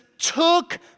took